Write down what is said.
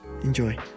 enjoy